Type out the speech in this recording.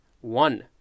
One